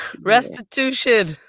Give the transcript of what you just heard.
Restitution